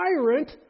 tyrant